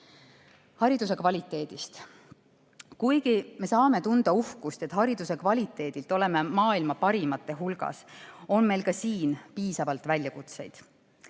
Hariduse kvaliteedist. Kuigi me saame tunda uhkust, et hariduse kvaliteedilt oleme maailma parimate hulgas, on meil ka siin piisavalt väljakutseid.